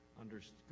understood